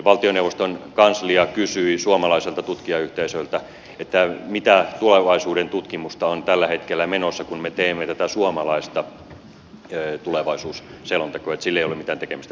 valtioneuvoston kanslia kysyi suomalaiselta tutkijayhteisöltä mitä tulevaisuudentutkimusta on tällä hetkellä menossa kun me teemme tätä suomalaista tulevaisuusselontekoa niin että sillä ei ole mitään tekemistä